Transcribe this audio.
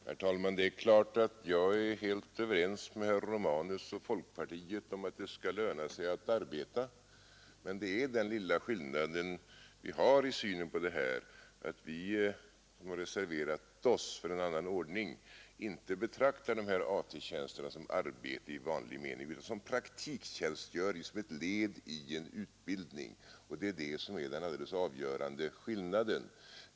Herr talman! Det är klart att jag är helt överens med herr Romanus och folkpartiet om att det skall löna sig att arbeta, men vi som reserverat oss för en annan ordning betraktar inte de här AT-tjänsterna som arbete i vanlig mening, utan som praktiktjänstgöring, som ett led i en utbildning. Det är det som är den helt avgörande skillnaden.